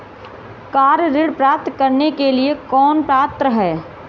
Car ऋण प्राप्त करने के लिए कौन पात्र है?